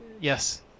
Yes